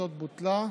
וזו בוטלה.